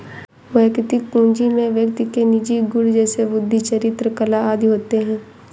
वैयक्तिक पूंजी में व्यक्ति के निजी गुण जैसे बुद्धि, चरित्र, कला आदि होते हैं